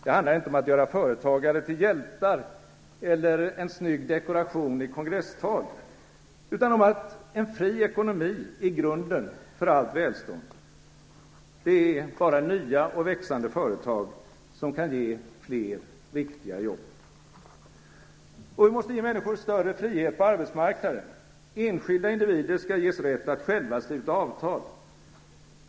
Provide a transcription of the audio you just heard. Det handlar inte om att göra företagare till hjältar eller till en snygg dekoration i kongresstal utan om att en fri ekonomi är grunden för allt välstånd. Det är bara nya och växande företag som kan ge fler riktiga jobb. Och vi måste ge människor större frihet på arbetsmarknaden. Enskilda individer skall ges rätt att själva sluta avtal.